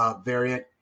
variant